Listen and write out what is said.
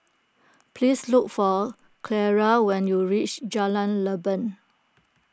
please look for Ciara when you reach Jalan Leban